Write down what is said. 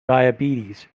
diabetes